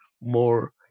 more